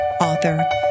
author